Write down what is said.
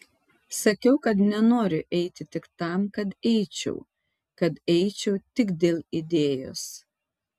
sakiau kad nenoriu eiti tik tam kad eičiau kad eičiau tik dėl idėjos